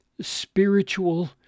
spiritual